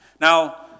Now